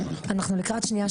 אנחנו לקראת שנייה,